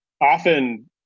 often